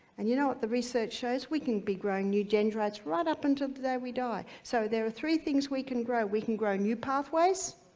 and you know what the research shows? we can be growing new dendrites right up until the day we die, so there are three things we can grow. we can grow new pathways.